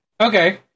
Okay